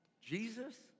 Jesus